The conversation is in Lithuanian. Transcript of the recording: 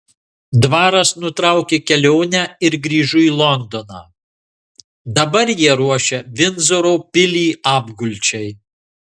dvaras nutraukė kelionę ir grįžo į londoną dabar jie ruošia vindzoro pilį apgulčiai